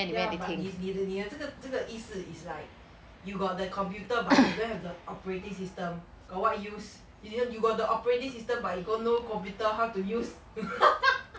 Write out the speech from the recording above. ya but 你你的你的这个这个意思 is like you got the computer but you don't have the operating system got what use you got the operating system but you got no computer how to use